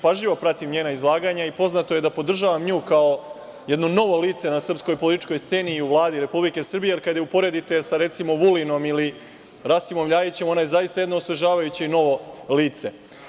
Pažljivo pratim njena izlaganja i poznato je da podržavam nju kao jedno novo lice na srpskoj političkoj sceni i u Vladi Republike Srbije, jer kada je uporedite recimo, sa Vulinom, ili Rasimo LJajićem, ona je zaista jedno osvežavajuće i novo lice.